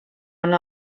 una